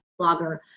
blogger